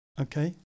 Okay